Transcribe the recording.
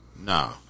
no